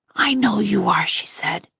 i know you are, she said.